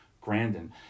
Grandin